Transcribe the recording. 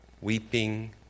weeping